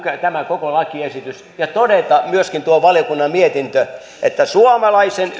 tämä koko lakiesitys ja todeta myöskin tuosta valiokunnan mietinnöstä että suomalaisen